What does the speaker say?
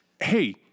Hey